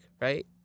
right